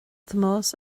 tomás